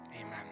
amen